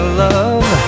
love